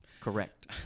Correct